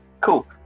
cool